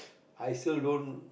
I still don't